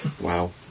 Wow